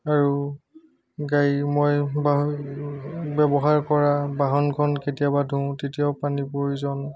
আৰু গাড়ী মই ব্যৱহাৰ কৰা বাহনখন কেতিয়াবা ধুও তেতিয়াও পানীৰ প্ৰয়োজন